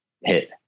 hit